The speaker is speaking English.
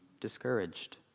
discouraged